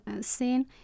seen